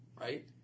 right